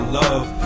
love